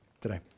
today